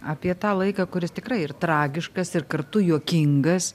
apie tą laiką kuris tikrai ir tragiškas ir kartu juokingas